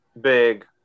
big